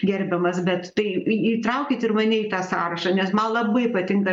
gerbiamas bet tai į įtraukit ir mane į tą sąrašą nes man labai patinka